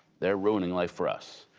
they are ruining life for us.